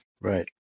Right